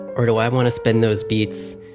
or do i want to spend those beats,